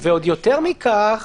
ועוד יותר מכך